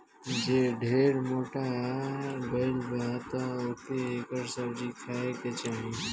जे ढेर मोटा गइल बा तअ ओके एकर सब्जी खाए के चाही